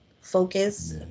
focus